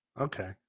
okay